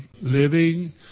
living